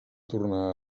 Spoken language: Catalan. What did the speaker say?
tornar